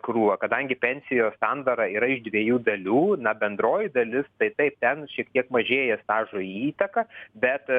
krūvą kadangi pensijos sandara yra iš dviejų dalių na bendroji dalis tai taip ten šiek tiek mažėja stažo įtaka bet